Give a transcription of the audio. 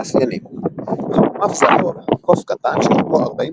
מאפיינים חרומף זהוב הוא קוף קטן שאורכו